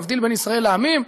המבדיל בין ישראל לעמים,